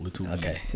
Okay